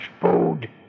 food